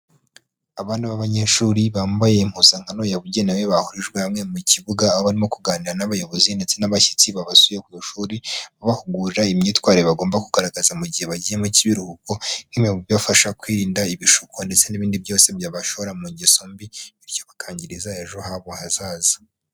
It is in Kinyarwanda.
Aba b'abanyeshuri bambaye impuzankano yabugenewe, bahurijwe hamwe mu kibuga, aho barimo kuganira n'abayobozi ndetse n'abashyitsi babasuye ku ishuri, babahugurira imyitwarire bagomba kugaragaza mu gihe bagiyemo cy'ibiruhuko, nka bimwe mu bibafasha kwirinda ibishuko, ndetse n'ibindi byose byabashora mu ngeso mbi, bityo bakiyangiriza ejo habo hazaza.